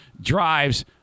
drives